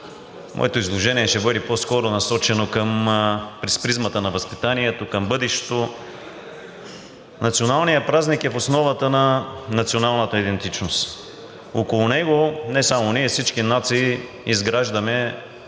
Моето изложение ще бъде насочено по-скоро през призмата на възпитанието към бъдещето. Националният празник е в основата на националната идентичност. Около него не само ние, а и всички нации изграждаме